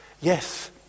Yes